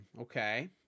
okay